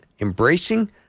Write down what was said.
embracing